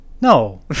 No